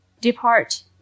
depart